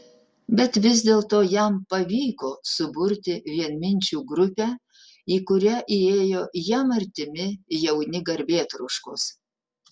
bet vis dėlto jam pavyko suburti vienminčių grupę į kurią įėjo jam artimi jauni garbėtroškos